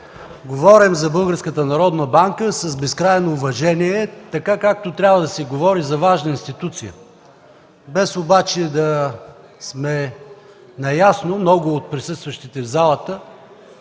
народна банка с безкрайно уважение, така както трябва да се говори за важна институция, без обаче да сме наясно – много от присъстващите в залата,